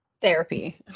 Therapy